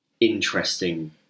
interesting